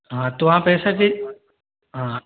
हाँ तो आप ऐसा की हाँ